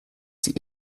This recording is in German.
die